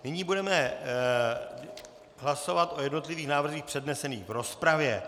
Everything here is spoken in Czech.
Nyní budeme hlasovat o jednotlivých návrzích přednesených v rozpravě.